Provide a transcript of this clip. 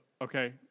okay